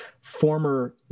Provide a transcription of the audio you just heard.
former